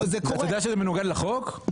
אתה יודע שזה מנוגד לחוק?